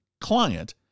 client